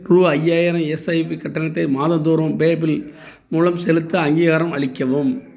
ரூ ஐயாயிரம் எஸ்ஐபி கட்டணத்தை மாதந்தோறும் பேபில் மூலம் செலுத்த அங்கீகாரம் அளிக்கவும்